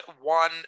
one